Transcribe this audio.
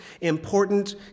important